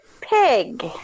pig